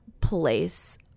place